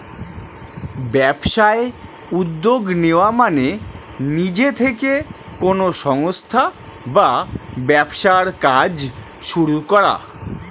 ব্যবসায় উদ্যোগ নেওয়া মানে নিজে থেকে কোনো সংস্থা বা ব্যবসার কাজ শুরু করা